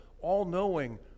all-knowing